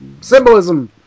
Symbolism